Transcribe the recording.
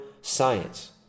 science